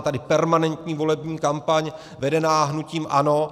Je tady permanentní volební kampaň vedená hnutím ANO.